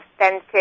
authentic